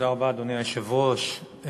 אדוני היושב-ראש,